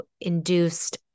induced